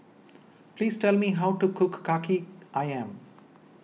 please tell me how to cook Kaki Ayam